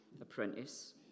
apprentice